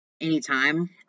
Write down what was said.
anytime